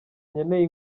nkeneye